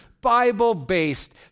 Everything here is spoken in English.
Bible-based